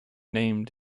named